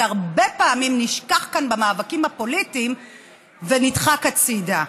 שהרבה פעמים נשכח כאן במאבקים הפוליטיים ונדחק הצידה.